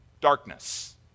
darkness